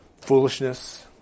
foolishness